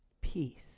peace